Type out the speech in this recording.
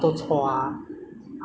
只是那个 case 每天在增加